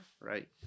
right